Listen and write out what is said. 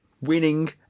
winning